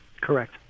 Correct